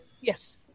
Yes